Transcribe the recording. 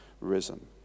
risen